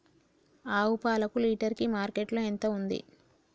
ఆవు పాలకు లీటర్ కి మార్కెట్ లో ఎంత ఉంది?